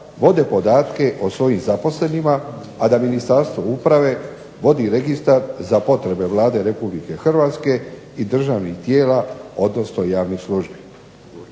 vode podatke o svojim zaposlenima, a da Ministarstvo uprave vodi registar za potrebe Vlade Republike Hrvatske i državnih tijela, odnosno javnih službi.